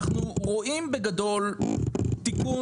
אנחנו רואים תיקון,